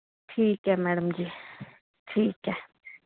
ठीक ऐ मैड़म जी ठीक ऐ